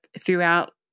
throughout